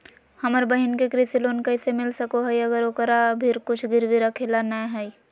हमर बहिन के कृषि लोन कइसे मिल सको हइ, अगर ओकरा भीर कुछ गिरवी रखे ला नै हइ?